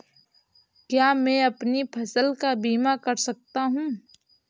क्या मैं अपनी फसल का बीमा कर सकता हूँ?